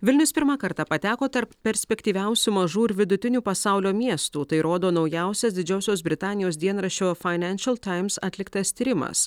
vilnius pirmą kartą pateko tarp perspektyviausių mažų ir vidutinių pasaulio miestų tai rodo naujausias didžiosios britanijos dienraščio fainenšel taims atliktas tyrimas